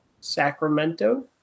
Sacramento